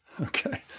Okay